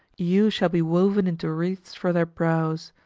you shall be woven into wreaths for their brows.